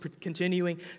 continuing